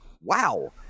wow